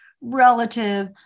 relative